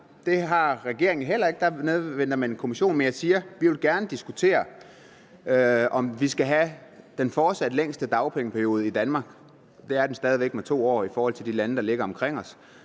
Det har regeringen heller ikke, der afventer man kommissionen. Men jeg siger: Vi vil gerne diskutere, om vi i Danmark fortsat skal have den længste dagpengeperiode. Den er stadig 2 år længere end i de lande, der ligger omkring os.